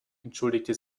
entschuldigte